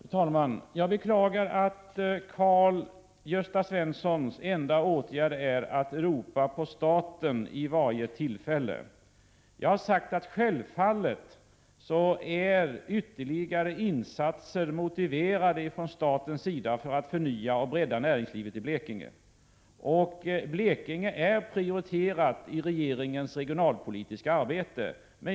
Fru talman! Jag beklagar att Karl-Gösta Svensons enda åtgärd är att ropa på staten vid varje tillfälle. Jag har sagt att ytterligare insatser självfallet är motiverade från statens sida för att förnya och bredda näringslivet i Blekinge, och Blekinge är prioriterat i regeringens regionalpolitiska arbete.